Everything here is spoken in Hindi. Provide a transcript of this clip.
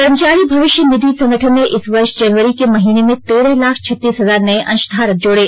कर्मचारी भविष्य निधि संगठन ने इस वर्ष जनवरी के महीने में तेरह लाख छत्तीस हजार नए अंशधारक जोड़े